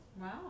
wow